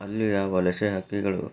ಅಲ್ಲಿಯ ವಲಸೆ ಹಕ್ಕಿಗಳು